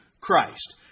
Christ